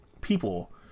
people